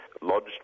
lodged